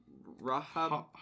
Rahab